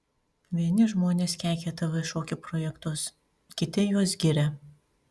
vieni žmonės keikia tv šokių projektus kiti juos giria